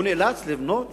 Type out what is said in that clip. הוא נאלץ לבנות